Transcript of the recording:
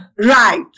right